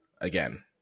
again